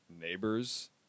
neighbors